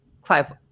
Clive